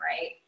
right